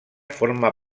forma